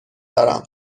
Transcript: دارم